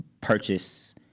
purchase